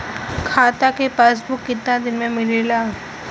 खाता के पासबुक कितना दिन में मिलेला?